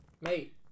Mate